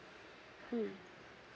mm